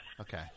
Okay